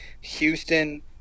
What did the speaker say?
Houston